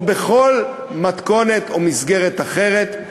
או בכל מתכונת או מסגרת אחרת,